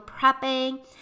prepping